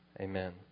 amen